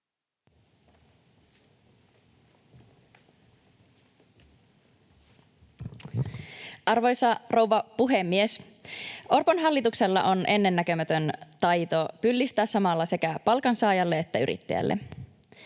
Arvoisa rouva puhemies! Orpon hallituksella on ennennäkemätön taito pyllistää samalla sekä palkansaajalle että yrittäjälle.